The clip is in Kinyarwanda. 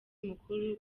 mukuru